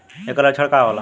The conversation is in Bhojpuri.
ऐकर लक्षण का होला?